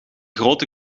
grote